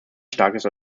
starkes